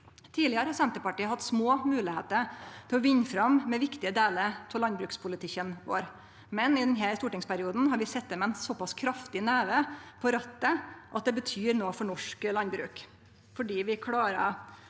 Tidlegare har Senterpartiet hatt små moglegheiter til å vinne fram med viktige delar av landbrukspolitikken vår, men i denne stortingsperioden har vi sete med ein såpass kraftig neve på rattet at det betyr noko for norsk landbruk.